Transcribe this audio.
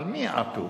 על מי עטו?